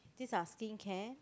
these are skincare